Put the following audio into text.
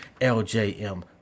LJM